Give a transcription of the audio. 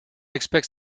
expects